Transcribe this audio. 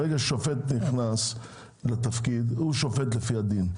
ברגע ששופט נכנס לתפקיד, הוא שופט לפי הדין.